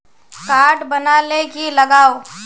Card बना ले की लगाव?